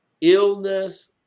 illness